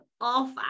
off